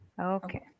Okay